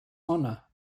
honour